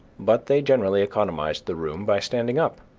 but they generally economized the room by standing up.